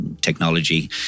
technology